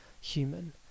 human